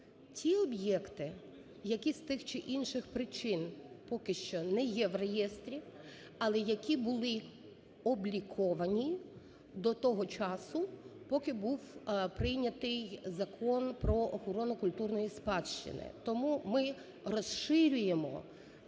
ті об'єкти, які з тих чи інших причин поки що не є в реєстрі, але які були обліковані до того часу, поки був прийнятий Закон про охорону культурної спадщини. Тому ми розширюємо